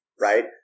right